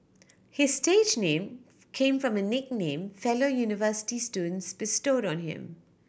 his stage name came from a nickname fellow university students bestowed on him